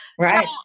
Right